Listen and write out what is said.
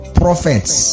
prophets